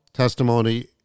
testimony